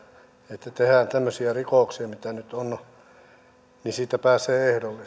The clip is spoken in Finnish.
että tehdään tämmöisiä rikoksia mitä nyt on ja niistä pääsee ehdollisella